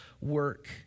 work